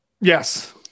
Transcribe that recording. Yes